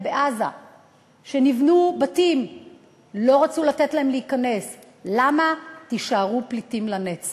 זאת אומרת, מה שנקרא אפשר למות בדרך מחלום.